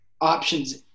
options